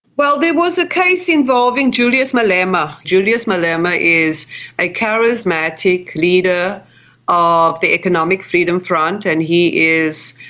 well, there was a case involving julius malema. julius malema is a charismatic leader of the economic freedom front, and he is,